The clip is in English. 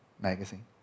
magazine